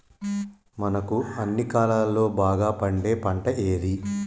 మనకు అన్ని కాలాల్లో బాగా పండే పంట ఏది?